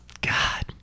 God